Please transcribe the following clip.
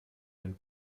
den